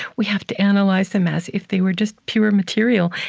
we have to analyze them as if they were just pure material,